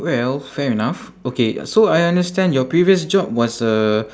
well fair enough okay so I understand your previous job was a